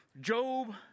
Job